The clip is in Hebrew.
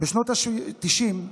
בשנות התשעים,